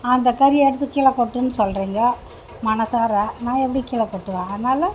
அந்த கறியை எடுத்து கீழே கொட்டுன்னு சொல்கிறீங்க மனதார நான் எப்படி கீழே கொட்டுவேன் அதனால்